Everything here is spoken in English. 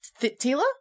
Tila